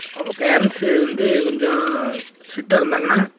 அவங்க பேரண்ட்ஸு வந்து கொஞ்சம் ஸ்ட்ரிட்டாக இருந்தாங்கன்னால்